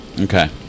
Okay